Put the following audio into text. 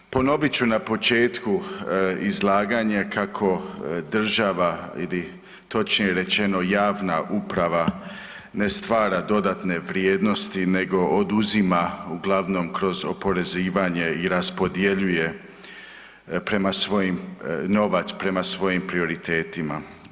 Ponovit ću na početku izlaganja kako država ili točnije rečeno javna uprava ne stvara dodatne vrijednosti nego oduzima uglavnom kroz oporezivanje i raspodjeljuje novac prema svojim prioritetima.